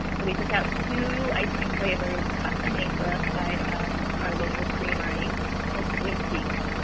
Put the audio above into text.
so we took out two ice cream flavors custom-made for us by our local creamery called sweet peaks.